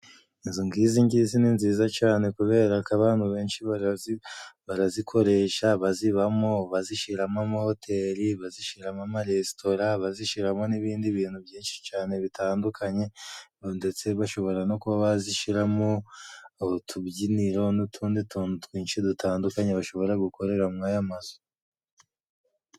Inzu nkizi ngizi ni nziza cane, kubera ko abantu benshi barazikoresha, bazibamo, bazishiramo amahoteli, bazishiramo amaresitora, bazishiramo n'ibindi bintu byinshi cane bitandukanye, ndetse bashobora no kuba bazishiramo utubyiniro, n'utundi tuntu twinshi dutandukanye bashobora gukorera muri ayo mazu.